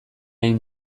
hain